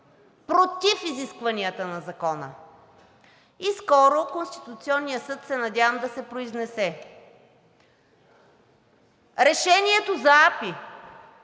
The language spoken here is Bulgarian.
против изискванията на закона. И скоро Конституционният съд се надявам да се произнесе. Решението за АПИ